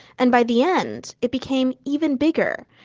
and by the end, it became even bigger,